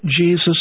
Jesus